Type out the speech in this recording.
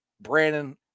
Brandon